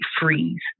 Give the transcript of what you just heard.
freeze